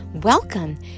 welcome